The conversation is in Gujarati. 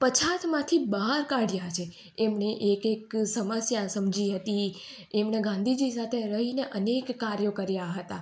પછાતમાંથી બહાર કાઢ્યા છે એમને એક એક સમસ્યા સમજી હતી એમને ગાંધીજી સાથે રહીને અનેક કાર્યો કર્યાં હતાં